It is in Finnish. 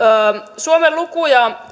suomen lukuja